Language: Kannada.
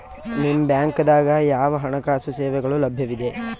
ನಿಮ ಬ್ಯಾಂಕ ದಾಗ ಯಾವ ಹಣಕಾಸು ಸೇವೆಗಳು ಲಭ್ಯವಿದೆ?